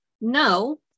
no